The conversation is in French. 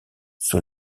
sur